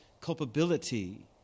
culpability